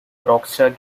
rockstar